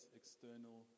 external